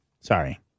Sorry